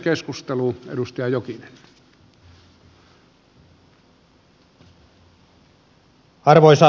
arvoisa herra puhemies